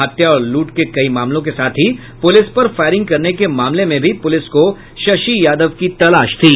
हत्या और लूट के कई मामलों के साथ ही पुलिस पर फायरिंग करने के मामले में भी पुलिस को शशि यादव की तलाश थी